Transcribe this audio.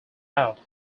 out